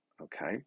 okay